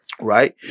right